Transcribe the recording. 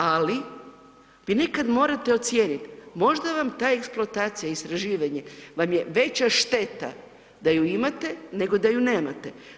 Ali, vi nekad morate ocijeniti, možda vam ta eksploatacija, istraživanje, vam je veća šteta da ju imate nego da ju nemate.